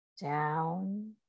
down